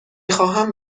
خواهم